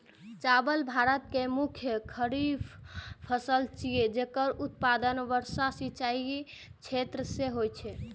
चावल भारत के मुख्य खरीफ फसल छियै, जेकर उत्पादन वर्षा सिंचित क्षेत्र मे होइ छै